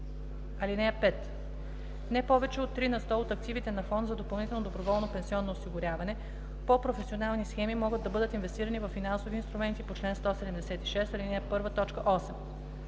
т. 7. (5) Не повече от 3 на сто от активите на фонд за допълнително доброволно пенсионно осигуряване по професионални схеми, могат да бъдат инвестирани във финансови инструменти по чл. 176, ал. 1, т.8.